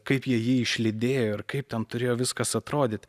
kaip jie jį išlydėjo ir kaip ten turėjo viskas atrodyti